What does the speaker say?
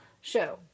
show